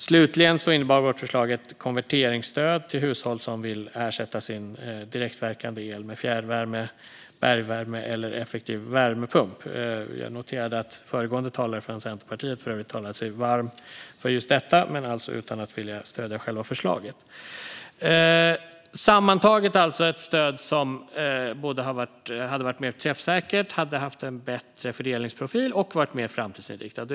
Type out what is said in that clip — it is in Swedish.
Slutligen innebar vårt förslag ett konverteringsstöd till hushåll som vill ersätta sin direktverkande el med fjärrvärme, bergvärme eller effektiv värmepump. Jag noterade för övrigt att föregående talare från Centerpartiet talade sig varm för just detta men utan att vilja stödja själva förslaget. Sammantaget handlar det alltså om ett stöd som både hade varit mer träffsäkert, haft en bättre fördelningsprofil och varit mer framtidsinriktat.